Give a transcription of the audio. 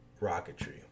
rocketry